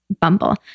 Bumble